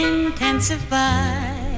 Intensify